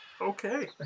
Okay